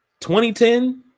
2010